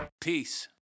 Peace